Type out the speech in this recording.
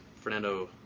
Fernando